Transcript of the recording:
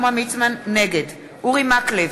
נגד אורי מקלב,